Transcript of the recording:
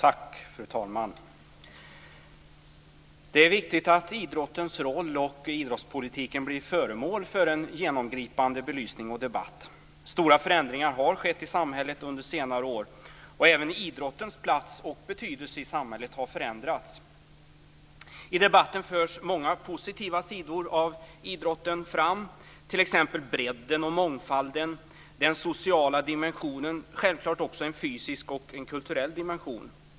Fru talman! Det är viktigt att idrottens roll och idrottspolitiken blir föremål för en genomgripande belysning och debatt. Stora förändringar har skett i samhället under senare år. Även idrottens plats och betydelse i samhället har förändrats. I debatten förs många positiva sidor av idrotten fram, t.ex. bredden och mångfalden, den sociala dimensionen och självfallet också en fysisk och kulturell dimension.